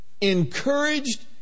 encouraged